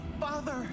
Father